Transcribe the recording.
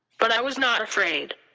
but i was not afraid.